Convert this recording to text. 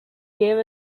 gave